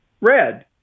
red